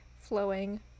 flowing